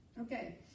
okay